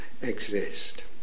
exist